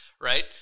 right